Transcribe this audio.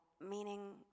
meaning